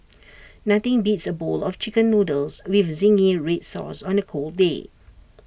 nothing beats A bowl of Chicken Noodles with Zingy Red Sauce on A cold day